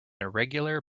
irregular